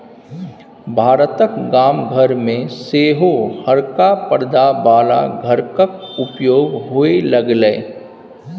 भारतक गाम घर मे सेहो हरका परदा बला घरक उपयोग होए लागलै